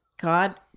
god